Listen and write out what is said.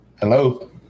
Hello